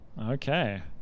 Okay